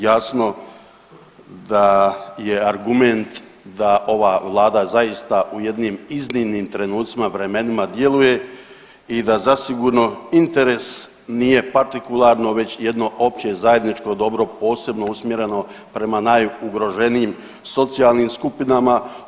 Jasno da je argument ova zaista u jednim iznimnim trenucima, vremenima djeluje i da zasigurno interes nije partikularno već jedno opće zajedničko dobro posebno usmjereno prema najugroženijim socijalnim skupinama.